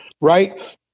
right